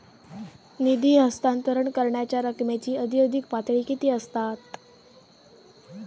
निधी हस्तांतरण करण्यांच्या रकमेची अधिकाधिक पातळी किती असात?